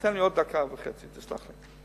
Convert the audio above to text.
תיתן לי עוד דקה וחצי, תסלח לי.